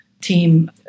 team